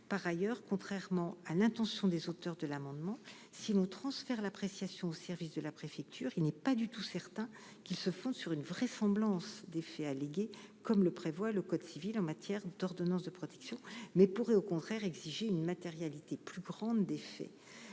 par ailleurs, contrairement à l'intention des auteurs de l'amendement si nous transfère l'appréciation au service de la préfecture, il n'est pas du tout certain qui se fonde sur une vraisemblance des faits allégués comme le prévoit le code civil en matière d'ordonnance de protection mais pourrait au contraire exiger une matérialité plus grande des faits,